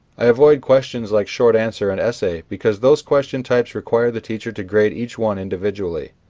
i avoid questions like short answer and essay because those question types require the teacher to grade each one individually.